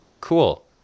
Cool